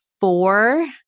four